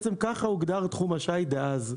ככה בעצם הוגדר תחום השיט דאז.